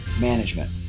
management